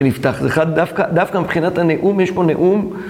נפתח, דווקא מבחינת הנאום, יש פה נאום.